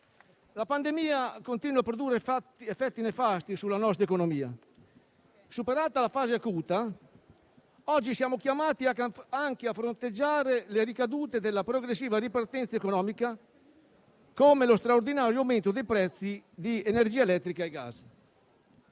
La pandemia continua a produrre effetti nefasti sulla nostra economia. Superata la fase acuta, siamo oggi chiamati anche a fronteggiare le ricadute della progressiva ripartenza economica, come lo straordinario aumento dei prezzi di energia elettrica e gas.